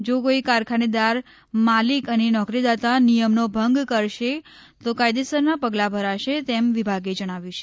જો કોઈ કારખાનેદાર માલિક અને નોકરીદાતા નિથમનો ભંગ કરશે તો કાયદેસરના પગલા ભરશે તેમ વિભાગે જણાવ્યું છે